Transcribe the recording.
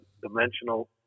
dimensional